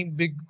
big